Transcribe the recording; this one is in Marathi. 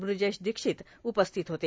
बूजेश दोक्षित उपस्थित होते